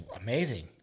amazing